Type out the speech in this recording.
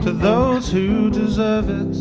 those who deserve it